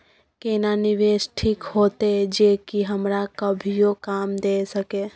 केना निवेश ठीक होते जे की हमरा कभियो काम दय सके?